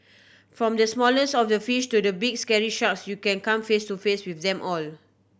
from the smallest of the fish to the big scary sharks you can come face to face with them all